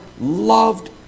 loved